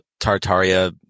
Tartaria